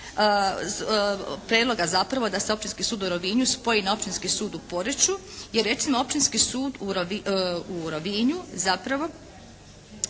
prijedloga zapravo da se Općinski sud u Rovinju spoji na Općinski sud u Poreču jer recimo Općinski sud u Rovinju zapravo